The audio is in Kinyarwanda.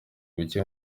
buke